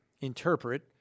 interpret